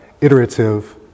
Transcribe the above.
iterative